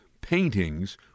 paintings